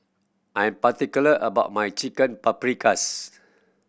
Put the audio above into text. I'm particular about my Chicken Paprikas